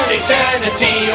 eternity